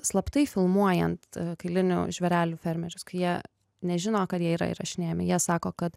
slaptai filmuojant kailinių žvėrelių fermerius kai jie nežino kad jie yra įrašinėjami jie sako kad